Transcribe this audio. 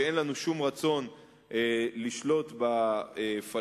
שאין לנו שום רצון לשלוט בפלסטינים.